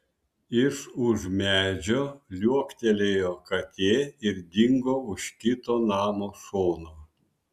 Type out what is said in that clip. iš už medžio liuoktelėjo katė ir dingo už kito namo šono